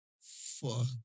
Fuck